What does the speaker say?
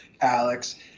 Alex